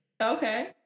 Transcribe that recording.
Okay